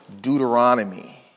Deuteronomy